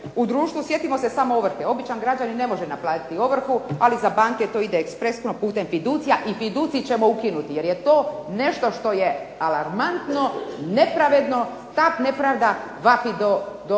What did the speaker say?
u društvu. Sjetimo se samo ovrhe. Običan građanin ne može naplatiti ovrhu ali za banke to ide ekspresno putem fiducija. I fiducij ćemo ukinuti jer je to nešto što je alarmantno, nepravedno, ta nepravda vapi do